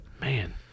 Man